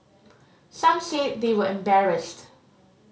some said they were embarrassed